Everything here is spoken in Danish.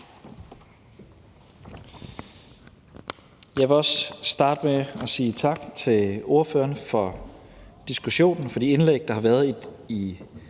Jeg vil starte med at sige tak til ordførerne for diskussionen og de indlæg, der har været i